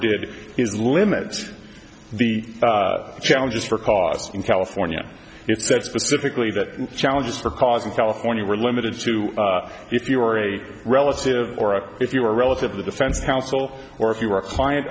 did is limits the challenges for cause in california it said specifically that challenges for cause of california were limited to if you were a relative or if you were a relative the defense counsel or if you were a client